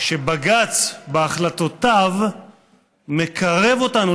שבג"ץ בהחלטותיו מקרב אותנו,